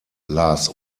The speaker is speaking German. las